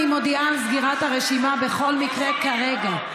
אני מודיעה על סגירת הרשימה בכל מקרה כרגע.